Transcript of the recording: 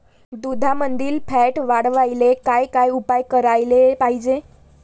दुधामंदील फॅट वाढवायले काय काय उपाय करायले पाहिजे?